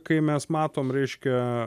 kai mes matome reiškia